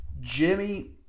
Jimmy